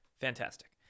Fantastic